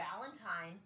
Valentine